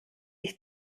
ich